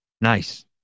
Nice